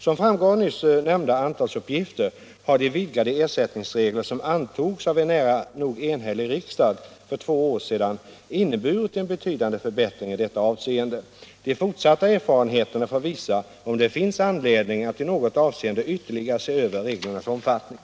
Som framgår av nyss nämnda antalsuppgifter har de vidgade ersättningsregler som antogs av en nära nog enhällig riksdag för två år sedan inneburit en betydande förbättring i detta avseende. De fortsatta erfarenheterna får visa om det finns anledning att i något avseende ytterligare se över reglernas utformning.